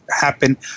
happen